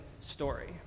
story